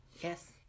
yes